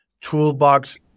toolbox